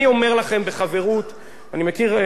כאשר אתם מדי פעם מזמינים אותי,